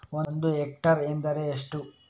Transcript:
ಒಂದು ಹೆಕ್ಟೇರ್ ಎಂದರೆ ಎಷ್ಟು?